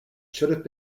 should